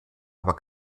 aber